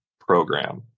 program